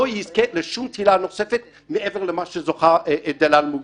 לא יזכה לשום לתהילה נוספת מעבר למה שזוכה דלאל מוגרבי.